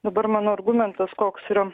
dabar mano argumentas koks yra